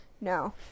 No